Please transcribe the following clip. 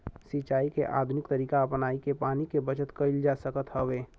सिंचाई के आधुनिक तरीका अपनाई के पानी के बचत कईल जा सकत हवे